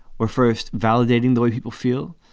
we're first validating the way people feel.